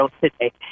today